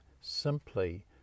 simply